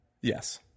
Yes